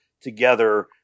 together